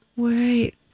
Wait